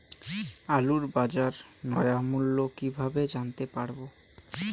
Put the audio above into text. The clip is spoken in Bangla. আলুর বাজার ন্যায্য মূল্য কিভাবে জানতে পারবো?